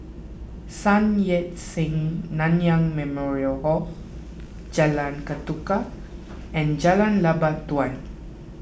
Sun Yat Sen Nanyang Memorial Hall Jalan Ketuka and Jalan Lebat Daun